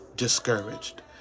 discouraged